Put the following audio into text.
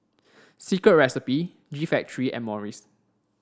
Secret Recipe G Factory and Morries